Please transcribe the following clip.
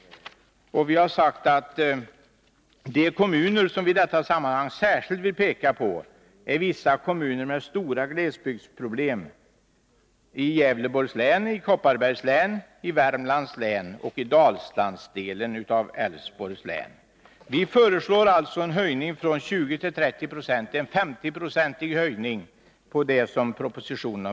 Vi har sagt att de kommuner som vi i detta sammanhang särskilt vill peka på är vissa kommuner med stora glesbygdsproblem i Gävleborgs län, Kopparbergs län, Värmlands län och Dalslandsdelen av Älvsborgs län. Vi föreslår alltså en höjning från 20 till 30 26, en 50-procentig höjning av förslaget i propositionen.